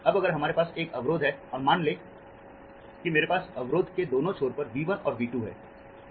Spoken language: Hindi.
अब अगर हमारे पास एक अवरोध है और मान लें कि मेरे पास अवरोध के दोनों छोर पर V 1 और V 2 है